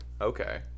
Okay